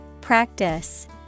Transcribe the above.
Practice